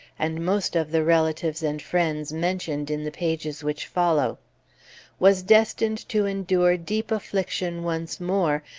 and most of the relatives and friends mentioned in the pages which follow was destined to endure deep affliction once more,